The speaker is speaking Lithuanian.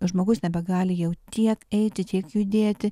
žmogus nebegali jau tiek eiti tiek judėti